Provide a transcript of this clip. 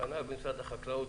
כנ"ל במשרד החקלאות,